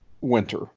winter